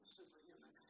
superhuman